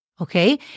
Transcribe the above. okay